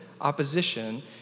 opposition